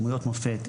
דמויות מופת,